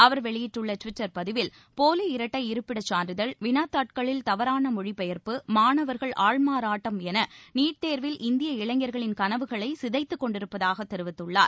அவர் வெளியிட்டுள்ள டுவிட்டர் பதிவில் போவி இரட்டை இருப்பிடச்சான்றிதழ் வினாத்தாள்களில் தவறான மொழிபெயர்ப்பு மாணவர்கள் ஆள்மாறாட்டம் என நீட் தேர்வில் இந்திய இளைஞர்களின் கனவுகளை சிதைத்துக் கொண்டிருப்பதாகத் தெரிவித்துள்ளார்